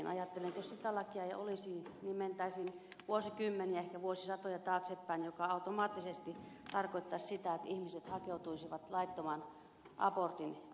ajattelen että jos sitä lakia ei olisi niin mentäisiin vuosikymmeniä ehkä vuosisatoja taaksepäin mikä automaattisesti tarkoittaisi sitä että ihmiset hakeutuisivat laittoman abortin hakemisen piiriin